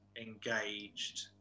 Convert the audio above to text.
engaged